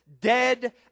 dead